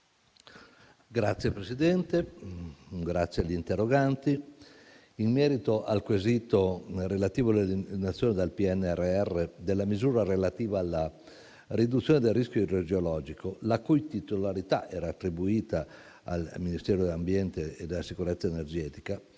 Signor Presidente, ringrazio gli onorevoli interroganti. In merito al quesito relativo alla eliminazione dal PNRR della misura relativa alla riduzione del rischio idrogeologico, la cui titolarità era attribuita al Ministero dell'ambiente e della sicurezza energetica